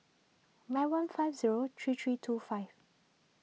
nine one five zero three three two five